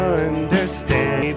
understand